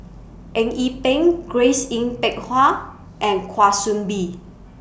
Eng Yee Peng Grace Yin Peck Ha and Kwa Soon Bee